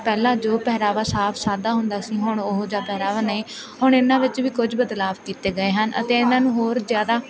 ਪਹਿਲਾਂ ਜੋ ਪਹਿਰਾਵਾ ਸਾਫ਼ ਸਾਦਾ ਹੁੰਦਾ ਸੀ ਹੁਣ ਓਹੋ ਜਿਹਾ ਪਹਿਰਾਵਾ ਨਹੀਂ ਹੁਣ ਇਹਨਾਂ ਵਿੱਚ ਵੀ ਕੁਝ ਬਦਲਾਅ ਕੀਤੇ ਗਏ ਹਨ ਅਤੇ ਇਹਨਾਂ ਨੂੰ ਹੋਰ ਜ਼ਿਆਦਾ